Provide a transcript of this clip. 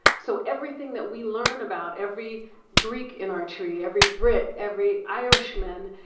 so everything that we learn about every greek in our tree, every brit, every irishman,